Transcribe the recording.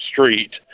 street